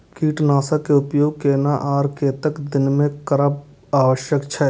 कीटनाशक के उपयोग केना आर कतेक दिन में करब आवश्यक छै?